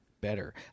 better